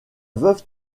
veuve